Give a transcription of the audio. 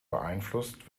beeinflusst